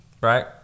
Right